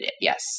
yes